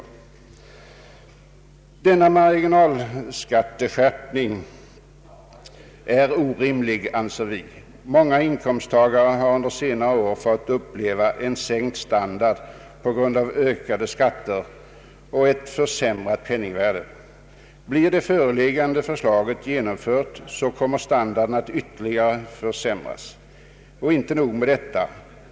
Vi anser denna marginalskatteskärpning orimlig. Många inkomsttagare har under senare år fått uppleva en sänkt standard på grund av ökade skatter och ett försämrat penningvärde. Blir det föreliggande förslaget genomfört kommer standarden att ytterligare försämras. Och inte nog med detta!